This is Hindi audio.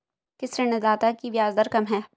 किस ऋणदाता की ब्याज दर कम है?